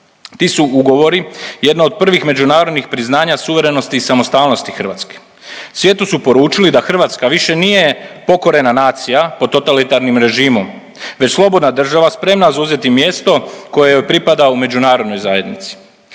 Ti su ugovori jedna od prvih međunarodnih priznanja suverenosti i samostalnosti Hrvatske. Svijetu su poručili da Hrvatska više nije pokorena nacija pod totalitarnim režimom, već slobodna država spremna zauzeti mjesto koje joj pripada u međunarodnoj zajednici.